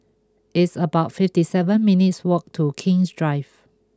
it's about fifty seven minutes' walk to King's Drive